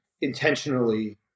intentionally